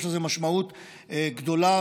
יש לזה משמעות גדולה,